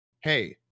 hey